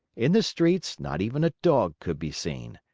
in the streets, not even a dog could be seen.